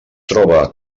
troba